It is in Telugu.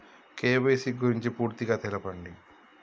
కే.వై.సీ గురించి పూర్తిగా తెలపండి?